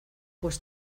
pues